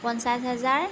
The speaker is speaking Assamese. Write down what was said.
পঞ্চাছ হাজাৰ